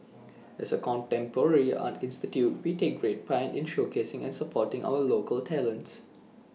as A contemporary art institution we take great pride in showcasing and supporting our local talents